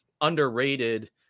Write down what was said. underrated